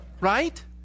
Right